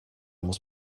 muss